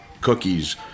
cookies